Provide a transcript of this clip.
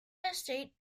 estate